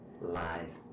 life